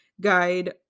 guide